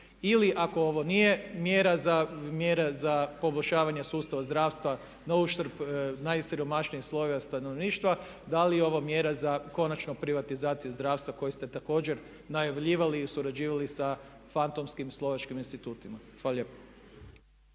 Ili ako ovo nije mjera za poboljšavanje sustava zdravstva na uštrb najsiromašnijih slojeva stanovništva da li je ovo mjera za konačno privatizaciju zdravstva koju ste također najavljivali i surađivali sa fantomskim slovačkim institutima? Hvala